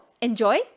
enjoy